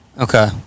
Okay